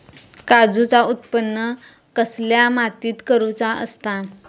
काजूचा उत्त्पन कसल्या मातीत करुचा असता?